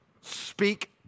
speak